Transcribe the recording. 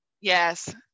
Yes